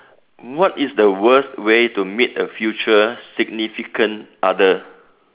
what is the worst way to meet a future significant other